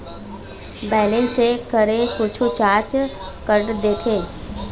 Balance check करें कुछू charge काट देथे?